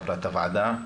חברת הוועדה,